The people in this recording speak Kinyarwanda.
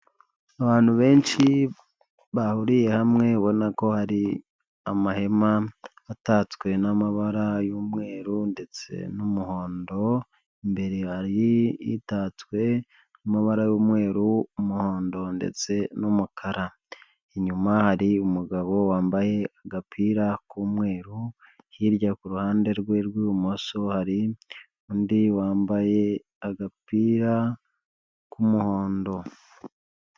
Abantu benshi bahuriye hamwe ubona ko hari amahema atatswe n'amabara y'umweru ndetse n'umuhondo, imbere hari itatswe mabara y'umweru, umuhondo ndetse n'umukara. Inyuma hari umugabo wambaye agapira k'umweru, hirya ku ruhande rwe rw'ibumoso hari undi wambaye agapira k'umuhondo.